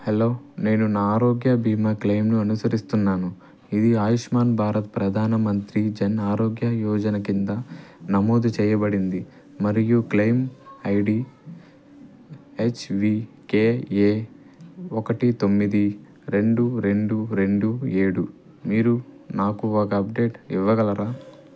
hello నేను నా ఆరోగ్య బీమా క్లెయిమ్ను అనుసరిస్తున్నాను ఇది ఆయుష్మాన్ భారత్ ప్రధాన మంత్రి జన్ ఆరోగ్య యోజన కింద నమోదు చేయబడింది మరియు claim I D H V K A ఒకటి తొమ్మిది రెండు రెండు రెండు ఏడు మీరు నాకు ఒక అప్డేట్ ఇవ్వగలరా